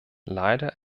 leider